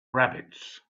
rabbits